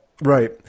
Right